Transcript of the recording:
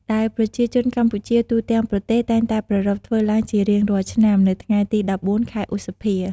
ដែលប្រជាជនកម្ពុជាទូទាំងប្រទេសតែងតែប្រារព្ធធ្វើឡើងជារៀងរាល់ឆ្នាំ នៅថ្ងៃទី ១៤ ខែឧសភា។